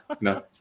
No